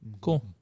Cool